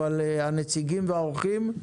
אבל הנציגים והאורחים,